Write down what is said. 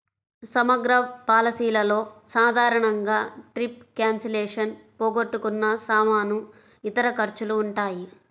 సమగ్ర పాలసీలలో సాధారణంగా ట్రిప్ క్యాన్సిలేషన్, పోగొట్టుకున్న సామాను, ఇతర ఖర్చులు ఉంటాయి